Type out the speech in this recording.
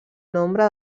nombre